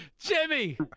Jimmy